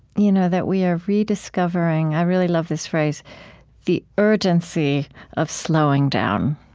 you know that we are rediscovering i really love this phrase the urgency of slowing down.